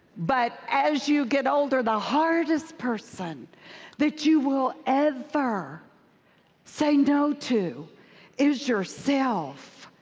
but as you get older, the hardest person that you will ever say no to is yourself.